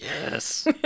Yes